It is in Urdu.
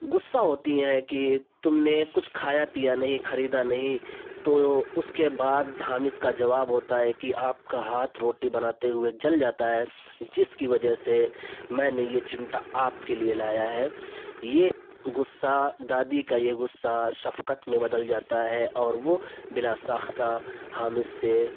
غصہ ہوتی ہیں کہ تم نے کچھ کھایا پیا نہیں خریدا نہیں تو اس کے بعد حامد کا جواب ہوتا ہے کہ آپ کا ہاتھ روٹی بناتے ہوئے جل جاتا ہے جس کی وجہ سے میں نے یہ چمٹا آپ کے لیے لایا ہے یہ غصہ دادی کا یہ غصہ شفقت میں بدل جاتا ہے اور وہ بلا ساختہ حامد سے